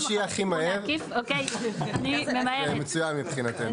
מה שיהיה הכי מהר, זה מצוין מבחינתנו.